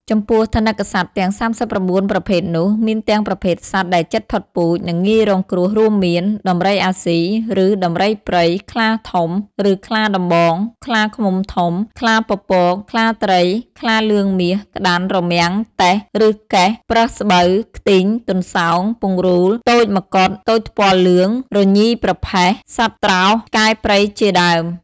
ចំពោះថនិកសត្វទាំង ៣៩ ប្រភេទនោះ មានទាំងប្រភេទសត្វដែលជិតផុតពូជ និងងាយរងគ្រោះ រួមមាន ដំរីអាស៊ី ឬដំរីព្រៃ ខ្លាធំ ឬខ្លាដំបង ខ្លាឃ្មុំធំ ខ្លាពពក ខ្លាត្រី ខ្លាលឿងមាស ក្តាន់ រមាំង តេះ ឬកែះ ប្រើសស្បូវ ខ្ទីង ទន្សោង ពង្រូល ទោចម្កុដ ទោចថ្ពាល់លឿង រញីប្រផេះ ស្វាត្រោស ឆ្កែព្រៃជាដើម។